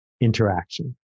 interaction